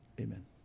Amen